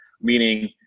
meaning